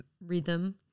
rhythm